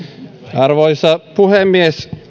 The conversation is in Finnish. arvoisa puhemies